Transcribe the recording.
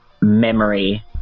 memory